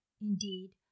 indeed